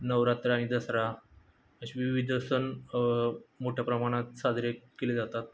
नवरात्र आणि दसरा असे विविध सण मोठ्या प्रमाणात साजरे केले जातात